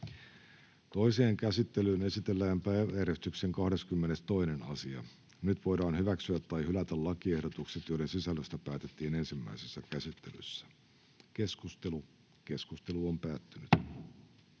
Toiseen käsittelyyn esitellään päiväjärjestyksen 29. asia. Nyt voidaan hyväksyä tai hylätä lakiehdotus, jonka sisällöstä päätettiin ensimmäisessä käsittelyssä. — Keskustelu, edustaja